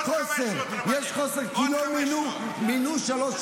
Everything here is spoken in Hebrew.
יש חוסר, יש חוסר, כי לא מינו שלוש שנים.